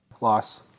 Loss